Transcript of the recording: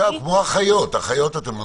כמו אחיות, אחיות אתם נותנים?